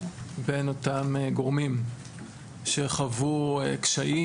בין אותם גורמים שחוו קשיים,